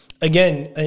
again